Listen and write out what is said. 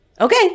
Okay